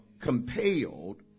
compelled